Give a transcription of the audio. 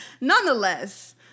Nonetheless